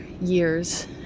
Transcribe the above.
years